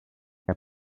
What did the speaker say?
herr